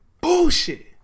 Bullshit